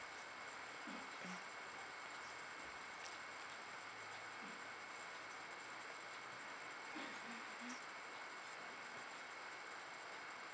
mm